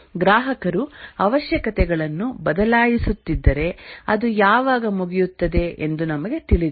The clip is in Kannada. ಗ್ರಾಹಕರು ಅವಶ್ಯಕತೆಗಳನ್ನು ಬದಲಾಯಿಸುತ್ತಿದ್ದರೆ ಅದು ಯಾವಾಗ ಮುಗಿಯುತ್ತದೆ ಎಂದು ನಮಗೆ ತಿಳಿದಿಲ್ಲ